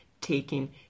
taking